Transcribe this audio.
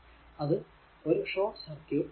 അത് ഒരു short circuit ആണ്